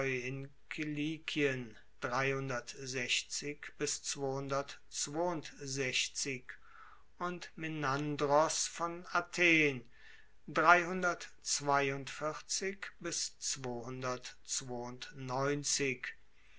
in kilikien und menandros von athen